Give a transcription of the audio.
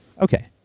okay